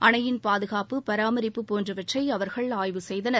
அணையின் பாதுகாப்பு பராமரிப்பு போன்றவற்றை அவர்கள் ஆய்வு செய்தனர்